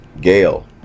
gail